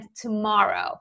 tomorrow